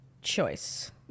choice